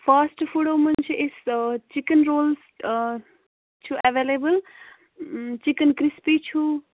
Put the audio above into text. fast فُڈو منٛز چھِ أسۍ چِکَن رولٕز چھُ ایویلیبٕل چِکَن کِرٛسپی چھُ